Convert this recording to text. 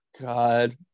God